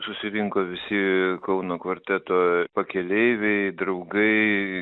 susirinko visi kauno kvarteto pakeleiviai draugai